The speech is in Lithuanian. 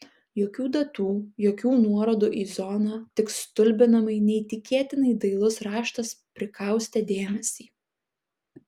jokių datų jokių nuorodų į zoną tik stulbinamai neįtikėtinai dailus raštas prikaustė dėmesį